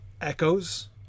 Echoes